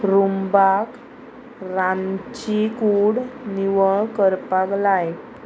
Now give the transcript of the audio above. रुंबाक रांदची कूड निवळ करपाक लाय